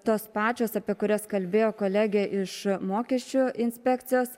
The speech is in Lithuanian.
tos pačios apie kurias kalbėjo kolegė iš mokesčių inspekcijos